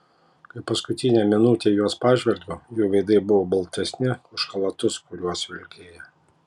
kai paskutinę minutę į juos pažvelgiau jų veidai buvo baltesni už chalatus kuriuos vilkėjo